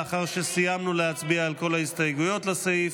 לאחר שסיימנו להצביע על כל ההסתייגויות לסעיף.